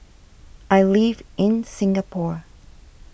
I live in Singapore